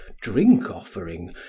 drink-offering